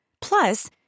Plus